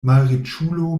malriĉulo